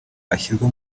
ashyirwa